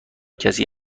کسی